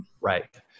Right